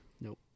Nope